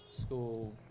school